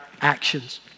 actions